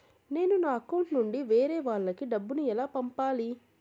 నేను నా అకౌంట్ నుండి వేరే వాళ్ళకి డబ్బును ఎలా పంపాలి?